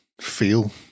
feel